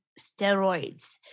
steroids